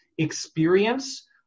experience